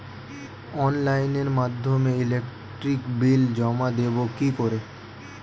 অনলাইনের মাধ্যমে electric bill জমা দেবো কি করে?